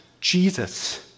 Jesus